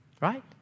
right